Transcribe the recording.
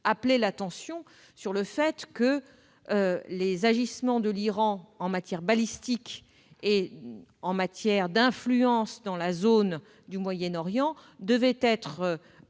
appelé l'attention sur le fait que les agissements de l'Iran en matière balistique et son influence au Moyen-Orient devaient faire